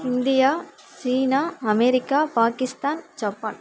India China America Pakistan Japan